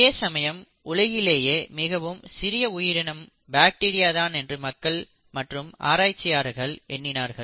இதேசமயம் உலகிலேயே மிகவும் சிறிய உயிரினம் பாக்டீரியா தான் என்று மக்கள் மற்றும் ஆராய்ச்சியாளர்கள் எண்ணினார்கள்